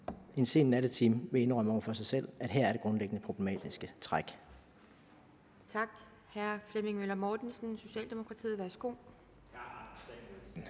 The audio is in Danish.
en sen nattetime vil indrømme, at her er det grundlæggende problematiske træk.